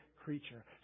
creature